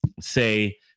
say